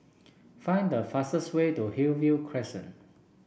find the fastest way to Hillview Crescent